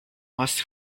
must